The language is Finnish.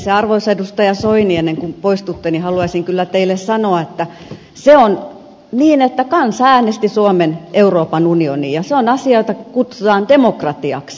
ja arvoisa edustaja soini ennen kuin poistutte haluaisin kyllä teille sanoa että se on niin että kansa äänesti suomen euroopan unioniin ja se on asia jota kutsutaan demokratiaksi